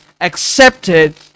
accepted